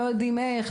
לא יודעים איך,